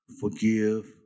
forgive